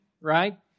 right